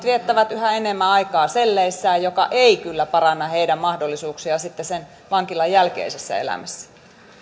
viettävät yhä enemmän aikaa selleissään mikä ei kyllä paranna heidän mahdollisuuksiaan sitten sen vankilan jälkeisessä elämässä